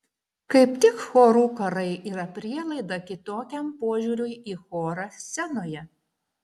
kaip tik chorų karai yra prielaida kitokiam požiūriui į chorą scenoje